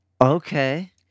Okay